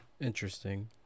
Interesting